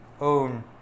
own